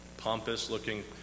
pompous-looking